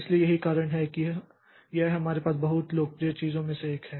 इसलिए यही कारण है कि यह हमारे पास बहुत लोकप्रिय चीज़ों में से एक है